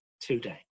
today